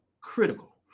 critical